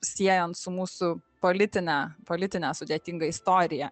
siejant su mūsų politinę politinę sudėtingą istoriją